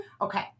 Okay